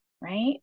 right